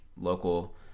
local